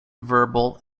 verbal